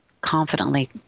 confidently